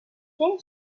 then